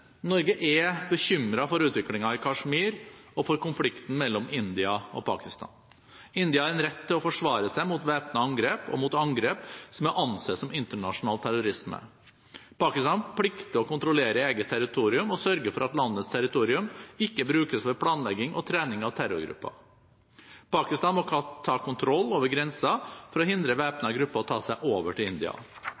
Norge er bekymret for utviklingen i Kashmir og for konflikten mellom India og Pakistan. India har en rett til forsvare seg mot væpnede angrep og mot angrep som er å anse som internasjonal terrorisme. Pakistan plikter å kontrollere eget territorium og sørge for at landets territorium ikke brukes for planlegging og trening av terrorgrupper. Pakistan må ta kontroll over grensen for å hindre